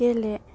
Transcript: गेले